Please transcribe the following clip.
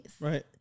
Right